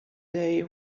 day